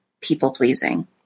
people-pleasing